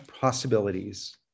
possibilities